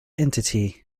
entity